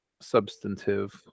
substantive